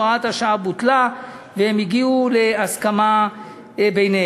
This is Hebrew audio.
הוראת השעה בוטלה, והם הגיעו להסכמה ביניהם.